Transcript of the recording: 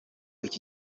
iki